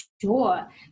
Sure